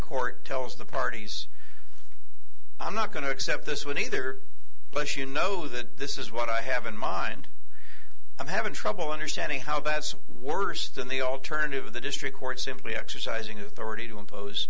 court tells the parties i'm not going to accept this one either but you know this is what i have in mind i'm having trouble understanding how that's worse than the alternative the district court simply exercising to thirty to impose